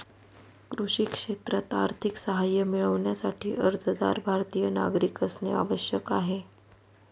कृषी क्षेत्रात आर्थिक सहाय्य मिळविण्यासाठी, अर्जदार भारतीय नागरिक असणे आवश्यक आहे